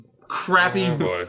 crappy